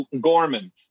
gorman